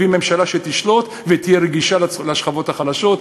ממשלה שתשלוט ותהיה רגישה לשכבות החלשות,